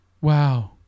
Wow